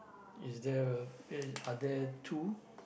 is there a eh are there two